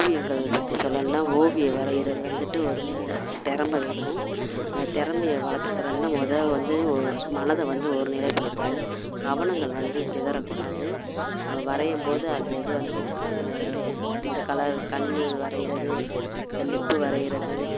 ஓவியங்கள் பற்றி சொல்லணுன்னா ஓவியம் வரைகிறது வந்துட்டு ஒரு திறம வேணும் அந்த திறமைய வளர்த்துக்கிறனா முத வந்து ஒ மனதை வந்து ஒருநிலைப்படுத்தணும் கவனங்கள் வந்து சிதறக்கூடாது வ வரையும்போது அந்த இது வந்து இந்தக்கலர் கண் வரைகிறது இந்த லிப்பு வரைகிறது